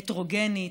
הטרוגנית,